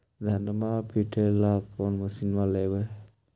धनमा पिटेला कौन मशीन लैबै?